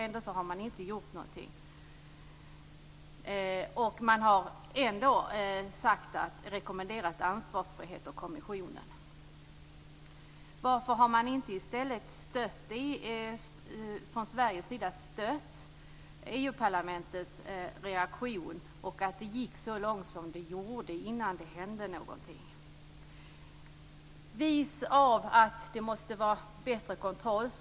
Ändå har man inte gjort någonting utan rekommenderat ansvarsfrihet för kommissionen. Varför har man inte från Sveriges sida stött EU parlamentets reaktion? Varför gick det så långt som det gjorde innan det hände någonting? Vis av erfarenheten vet man att det måste vara bättre kontroll.